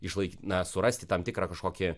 išlaiky na surasti tam tikrą kažkokį